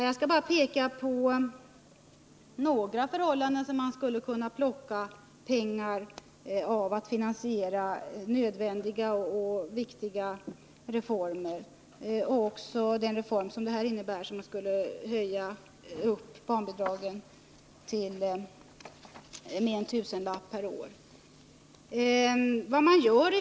Jag kan bara peka på några ställen där man skulle kunna plocka pengar för att finansiera nödvändiga och viktiga reformer, även denna reform som skulle höja barnbidragen med en tusenlapp per år.